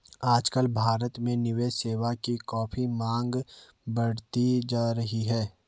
आजकल भारत में निवेश सेवा की काफी मांग बढ़ी है